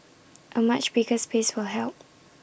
A much bigger space will help